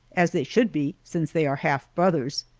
as they should be, since they are half brothers.